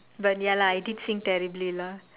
but ya lah I did sing terribly lah